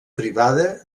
privada